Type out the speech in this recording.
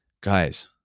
guys